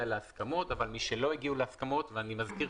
להסכמות אבל משלא הגיעו להסכמות - אני מזכיר,